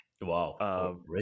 Wow